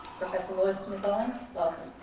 professor lois owens, welcome.